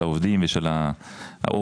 של העובדים ושל השכר.